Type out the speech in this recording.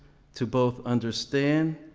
to both understand,